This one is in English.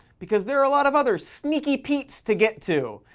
because there are a lot of other sneaky petes to get to,